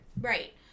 Right